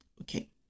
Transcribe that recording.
Okay